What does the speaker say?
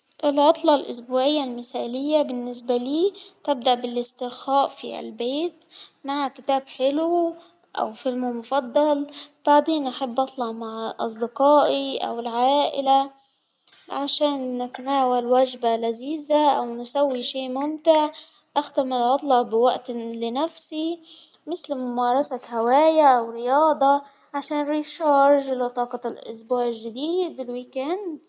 العطلة الإسبوعية المثالية بالنسبة له تبدأ بالإسترخاء في البيت مع كتاب حلوأو فيلم مفضل بعدين أحب أطلع مع أصدقائي أو العائلة عشان نتناول وجبة لذيذة أو نسوي شيء ممتع، أختم العطل بوقت لنفسي مثل لممارسة هوايا ورياضة عشان طاقة الإسبوع الجديد الويك إند.